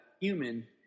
human